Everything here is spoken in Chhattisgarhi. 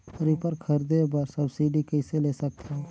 रीपर खरीदे बर सब्सिडी कइसे ले सकथव?